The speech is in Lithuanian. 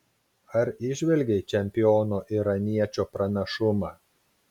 ar įžvelgei čempiono iraniečio pranašumą